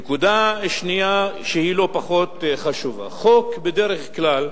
נקודה שנייה, שהיא לא פחות חשובה, חוק, בדרך כלל,